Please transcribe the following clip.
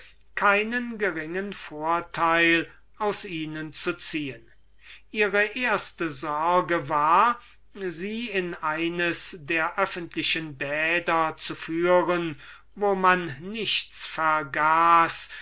keinen geringen vorteil aus ihnen zu ziehen ihre erste sorge war sie in eines der öffentlichen bäder zu führen wo man nichts vergaß